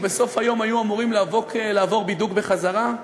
ובסוף היום היו אמורים לעבור בידוק בדרכם בחזרה.